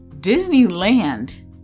Disneyland